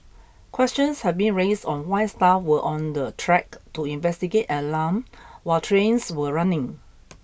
questions have been raised on why staff were on the track to investigate an alarm while trains were running